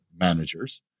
managers